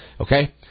Okay